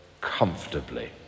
comfortably